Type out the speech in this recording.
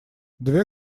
две